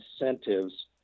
incentives